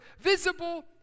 visible